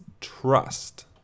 Trust